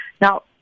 Now